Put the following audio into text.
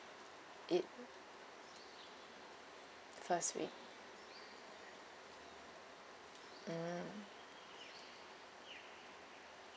it first week mm